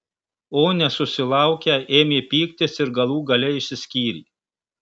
o nesusilaukę ėmė pyktis ir galų gale išsiskyrė